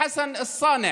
משייח' חסן א-סנע